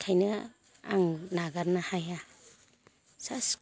ओंखायनो आं नागारनो हाया जासिगोन